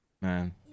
man